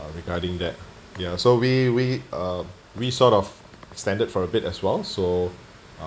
uh regarding that ya so we we uh we sort of extend for a bit as well so